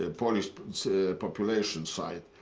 and polish population side.